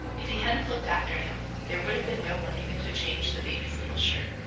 if he hadn't looked after him there would have been no one even to change the baby's little shirt.